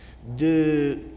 de